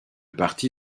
parti